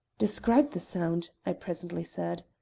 describe the sound! i presently said.